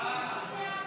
הצעת סיעות